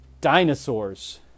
dinosaurs